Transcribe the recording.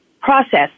process